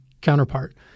counterpart